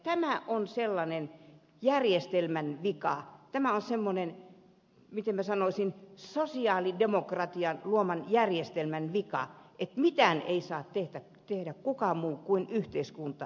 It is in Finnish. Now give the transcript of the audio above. tämä on sellainen järjestelmän vika tämä on semmoinen miten minä sanoisin sosiaalidemokratian luoman järjestelmän vika että mitään ei saa tehdä kukaan muu kuin yhteiskunta